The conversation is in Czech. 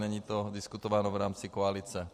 Není to diskutováno v rámci koalice.